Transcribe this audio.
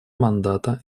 мандата